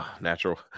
Natural